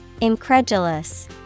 Incredulous